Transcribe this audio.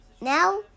Now